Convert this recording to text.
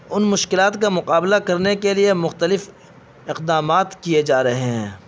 ان مشکلات کا مقابلہ کرنے کے لیے مختلف اقدامات کیے جا رہے ہیں